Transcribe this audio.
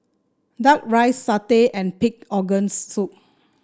duck rice satay and pig organs soup